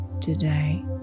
today